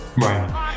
right